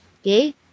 Okay